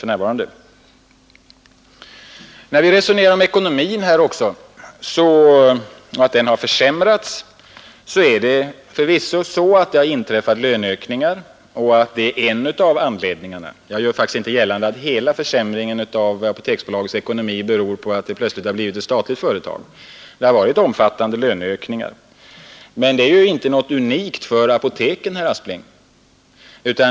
En förklaring till att ekonomin har försämrats är att det har inträffat löneökningar — jag gör faktiskt inte gällande att hela försämringen av Apoteksbolagets ekonomi beror på att det plötsligt blivit ett statligt företag. Det har skett omfattande löneökningar. Men det är ju inte något unikt för apoteken, herr Aspling.